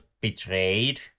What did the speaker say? betrayed